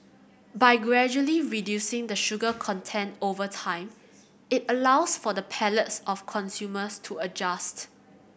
by gradually reducing the sugar content over time it allows for the palates of consumers to adjust